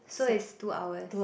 so is two hours